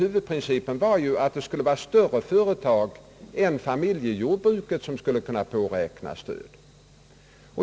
Huvudprincipen var ju, att även större företag än familjejordbruk skulle kunna påräkna stöd.